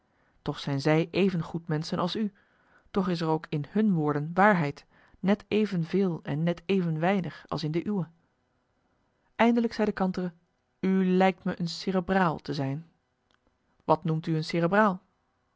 toch zijn zij even goed menschen als u toch is er ook in hun woorden waarheid net even veel en net even weinig als in de uwe eindelijk zei de kantere u lijkt me een cerebraal te zijn wat noemt u een